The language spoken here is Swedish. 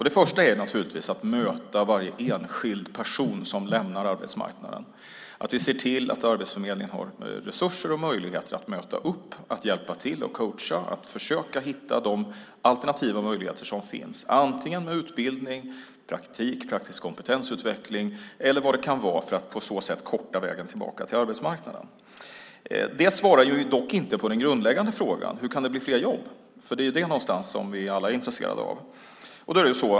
Det första är naturligtvis att möta varje enskild person som lämnar arbetsmarknaden, att se till att Arbetsförmedlingen har resurser och möjligheter att möta upp, hjälpa till, coacha och försöka hitta de alternativa möjligheter som finns, med utbildning, praktik, praktisk kompetensutveckling eller vad det kan vara, för att på så sätt korta vägen tillbaka till arbetsmarknaden. Det svarar dock inte på den grundläggande frågan: Hur kan det bli fler jobb? Det är ju det som vi alla är intresserade av.